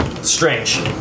strange